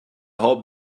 hope